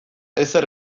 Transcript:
ezer